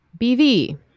BV